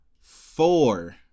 four